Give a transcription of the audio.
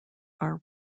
are